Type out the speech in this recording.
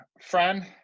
Fran